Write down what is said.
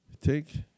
Take